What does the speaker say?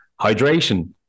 hydration